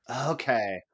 Okay